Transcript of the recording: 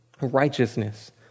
Righteousness